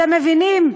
אתם מבינים?